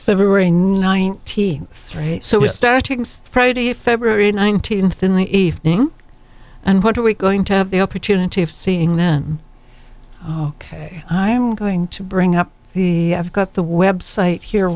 february ninety three so we're starting friday february nineteenth in the evening and what are we going to have the opportunity of seeing then oh ok i am going to bring up the i've got the website here